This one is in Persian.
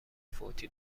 فوتی